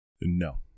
No